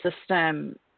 system